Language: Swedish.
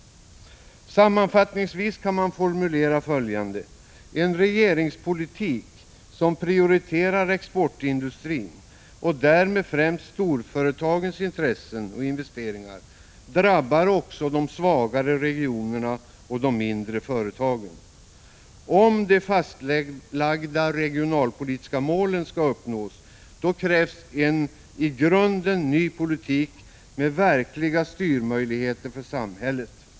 Sammanfattningsvis kan man formulera följande: En regeringspolitik som prioriterar exportindustrin och därmed främst storföretagens intressen och investeringar drabbar också de svagare regionerna och de mindre företagen. Om de fastlagda regionalpolitiska målen skall uppnås krävs en i grunden ny politik med verkliga styrmöjligheter för samhället.